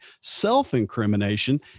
self-incrimination